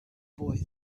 boy